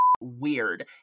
weird